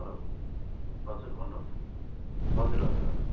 hello हजुर भन्नुहोस् हजुर हजुर हजुर